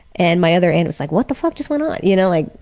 and my other aunt was like, what the fuck just went on? you know, like.